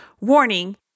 Warning